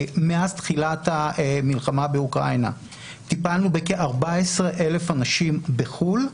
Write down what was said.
מאז תחילת המלחמה באוקראינה טילפנו בכ-14,000 אנשים בחו"ל.